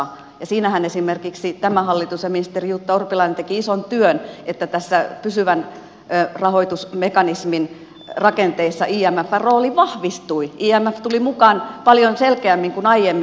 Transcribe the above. ja siinähän esimerkiksi tämä hallitus ja ministeri jutta urpilainen teki ison työn että näissä pysyvän rahoitusmekanismin rakenteissa imfn rooli vahvistui imf tuli mukaan paljon selkeämmin kuin aiemmin